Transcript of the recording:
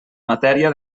matèria